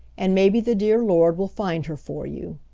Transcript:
and maybe the dear lord will find her for you.